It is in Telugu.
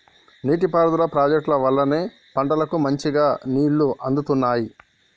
నీటి పారుదల ప్రాజెక్టుల వల్లనే పంటలకు మంచిగా నీళ్లు అందుతున్నాయి